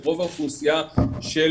את רוב האוכלוסייה של